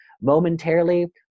momentarily